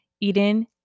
Eden